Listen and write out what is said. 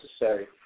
necessary